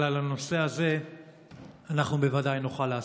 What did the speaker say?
אבל על הנושא הזה אנחנו בוודאי נוכל להסכים.